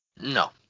No